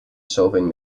solving